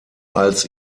als